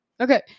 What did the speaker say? Okay